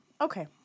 Okay